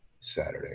Saturday